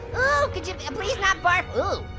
ah could you but and please not barf? wow,